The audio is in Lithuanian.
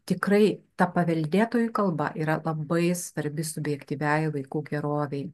tikrai ta paveldėtoji kalba yra labai svarbi subjektyviajai vaikų gerovei